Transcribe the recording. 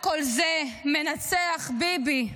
מכל כל זה מנצח ביבי.